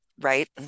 right